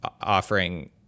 offering